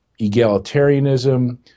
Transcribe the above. egalitarianism